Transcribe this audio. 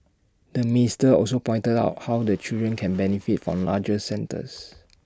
the minister also pointed out how the children can benefit from larger centres